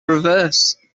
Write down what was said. reverse